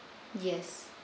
yes